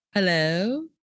hello